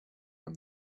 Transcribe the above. from